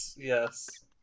Yes